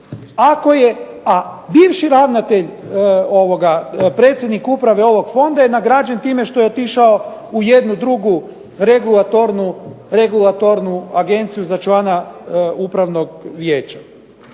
a bivši ravnatelj, predsjednik uprave ovog fonda je nagrađen time što je otišao u jednu drugu regulatornu agenciju za člana upravnog vijeća.